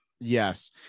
Yes